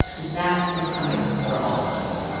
is that what's coming for all of us?